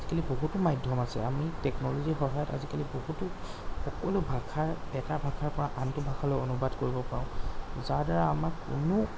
আজিকালি বহুতো মাধ্যম আছে আমি টেকনলজী সহায়ত আজিকালি বহুতো সকলো ভাষাৰ এটা ভাষাৰপৰা আনটো ভাষালৈ অনুবাদ কৰিব পাৰোঁ যাৰদ্বাৰা আমাৰ কোনো